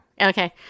Okay